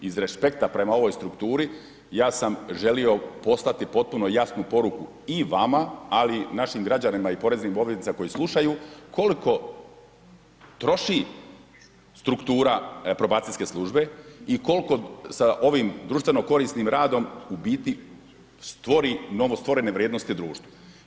Iz respekta prema ovoj strukturi, ja sam želio poslati potpuno jasnu poruku i vama ali i našim građanima i poreznim obveznicima koji slušaju, koliko troši struktura probacijske službe i koliko sa ovim društveno korisnim radom u biti stvori novostvorene vrijednosti društvu.